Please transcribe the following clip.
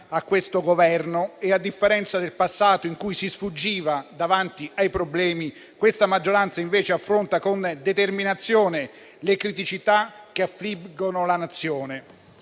a questo Governo. A differenza del passato, in cui si fuggiva davanti ai problemi, questa maggioranza invece affronta con determinazione le criticità che affliggono la Nazione.